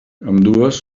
ambdues